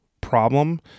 problem